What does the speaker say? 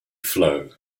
flow